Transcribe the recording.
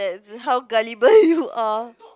how gullible you are